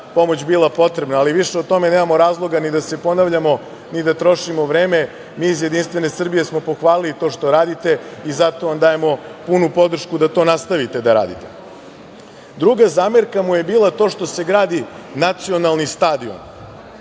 pomoć bila potrebna, ali više o tome nemamo razloga ni da se ponavljamo ni da trošimo vreme, mi iz JS smo pohvalili to što radite i zato vam dajemo punu podršku da to nastavite da radite. Druga zamerka mu je bila to što se gradi nacionalni stadion.